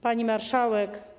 Pani Marszałek!